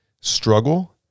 struggle